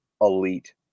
elite